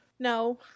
No